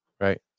right